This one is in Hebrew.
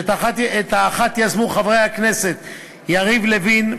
שאת האחת יזמו חברי הכנסת יריב לוין,